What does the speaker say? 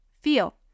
Feel